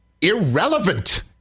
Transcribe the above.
irrelevant